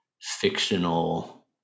fictional